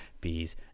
Bees